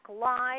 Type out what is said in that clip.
live